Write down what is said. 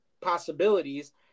possibilities